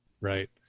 right